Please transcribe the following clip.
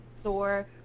store